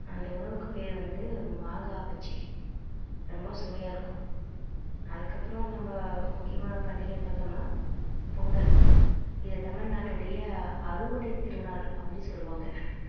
அந்த உணவுக்கு பேர் வந்து மாங்காய் பச்சடி ரொம்ப சுவையாக இருக்கும் அதுக்கப்பறம் நம்ம முக்கியமான பண்டிகைன்னு பார்த்தோம்னா பொங்கல் இது தமிழ்நாட்டுனுடைய அறுவடை திருநாள் அப்படின்னு சொல்வாங்க